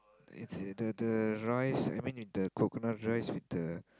uh the the the rice I mean the coconut rice with the